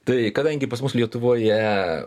tai kadangi pas mus lietuvoje